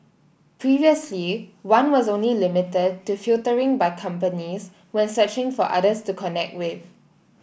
previously one was only limited to filtering by companies when searching for others to connect with